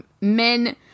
men